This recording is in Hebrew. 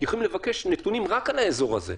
יכולים לבקש נתונים רק על האזור הזה.